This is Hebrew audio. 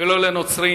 ולא לנוצרים.